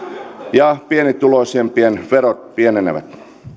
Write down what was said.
ja pienituloisimpien verot pienenevät